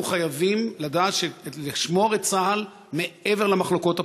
אנחנו חייבים לשמור את צה"ל מעבר למחלוקות הפוליטיות,